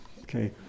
Okay